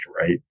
right